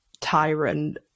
tyrant